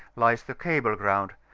lies the cable ground,